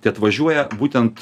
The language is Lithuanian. tai atvažiuoja būtent